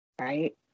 Right